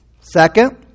Second